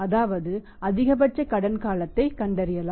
அதாவது அதிகபட்ச கடன் காலத்தை கண்டறியலாம்